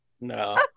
no